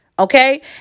Okay